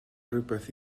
rywbeth